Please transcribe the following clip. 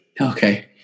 Okay